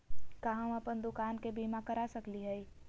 का हम अप्पन दुकान के बीमा करा सकली हई?